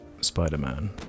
Spider-Man